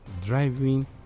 driving